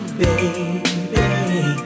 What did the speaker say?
baby